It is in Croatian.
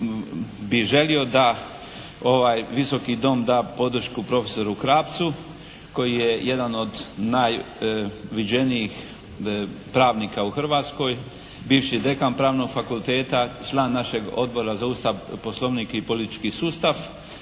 bi želio da ovaj Visoki dom da podršku profesoru Krapcu koji je jedan od najviđenijih pravnika u Hrvatskoj, bivši dekan Pravnog fakulteta, član našeg Odbora za Ustav, Poslovnik i politički sustav